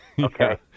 Okay